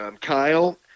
Kyle –